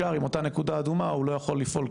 כאשר לבן אדם יש הלוואה והוא לא עומד בה,